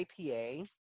IPA